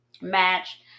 Match